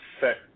set